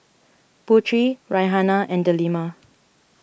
Putri Raihana and Delima